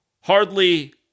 hardly